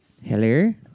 Hello